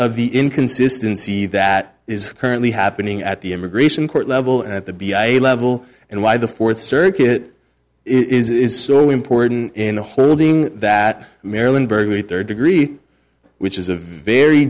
of the inconsistency that is currently happening at the immigration court level and at the b i a level and why the fourth circuit is so important in holding that marilyn berger a third degree which is a very